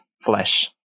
flesh